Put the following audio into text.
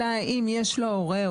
אלא אם יש לו הורה,